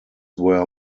were